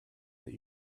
that